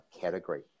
category